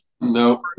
No